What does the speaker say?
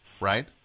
right